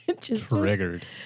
Triggered